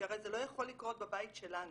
שהרי זה לא יכול לקרות בבית שלנו.